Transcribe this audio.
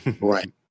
Right